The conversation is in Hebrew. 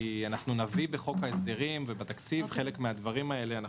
כי נביא בחוק ההסדרים ובתקציב חלק מהדברים האלה.